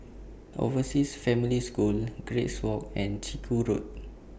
Overseas Family School Grace Walk and Chiku Road